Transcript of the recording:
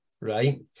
right